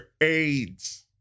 AIDS